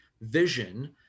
vision